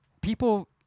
people